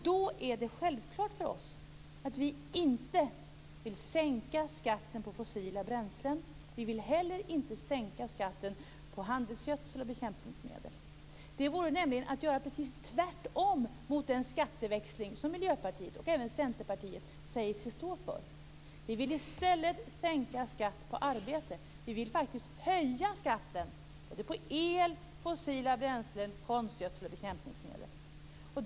Då är det självklart att vi inte vill sänka skatten på fossila bränslen. Vi vill heller inte sänka skatten på handelsgödsel och bekämpningsmedel. Det vore nämligen inte att verka för en skatteväxling, som Miljöpartiet och även Centerpartiet säger sig stå för, utan det vore att göra precis tvärtom. Vi vill i stället sänka skatten på arbete. Vi vill faktiskt höja skatten på både el, fossila bränslen, konstgödsel och bekämpningsmedel.